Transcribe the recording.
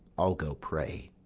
i'll go pray.